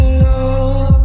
love